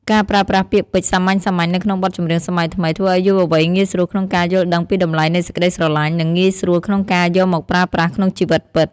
ការប្រើប្រាស់ពាក្យពេចន៍សាមញ្ញៗនៅក្នុងបទចម្រៀងសម័យថ្មី ធ្វើឱ្យយុវវ័យងាយស្រួលក្នុងការយល់ដឹងពីតម្លៃនៃសេចក្តីស្រឡាញ់ និងងាយស្រួលក្នុងការយកមកប្រើប្រាស់ក្នុងជីវិតពិត។